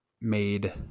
made